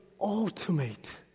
ultimate